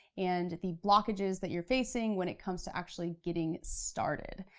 and the blockages that you're facing when it comes to actually getting started.